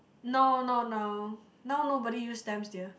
no not now now nobody use stamps dear